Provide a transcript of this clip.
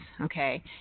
Okay